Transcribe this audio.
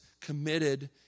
committed